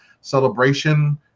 celebration